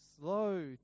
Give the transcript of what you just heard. slow